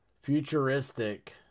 futuristic